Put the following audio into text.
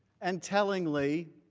and tellingly,